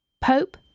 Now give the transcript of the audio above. Pope